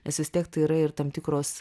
nes vis tiek tai yra ir tam tikros